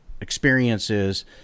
experiences